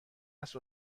است